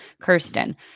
Kirsten